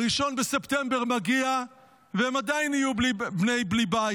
1 בספטמבר מגיע והם עדיין יהיו בלי בית.